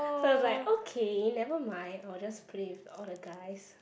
so I was like okay never mind I will just play with all the guys